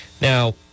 Now